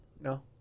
No